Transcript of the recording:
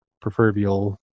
proverbial